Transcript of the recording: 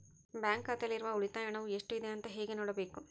Bank ಖಾತೆಯಲ್ಲಿರುವ ಉಳಿತಾಯ ಹಣವು ಎಷ್ಟುಇದೆ ಅಂತ ಹೇಗೆ ನೋಡಬೇಕು?